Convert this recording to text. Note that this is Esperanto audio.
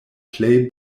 plej